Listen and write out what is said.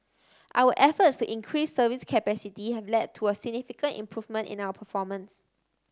our efforts to increase service capacity have led to a significant improvement in our performance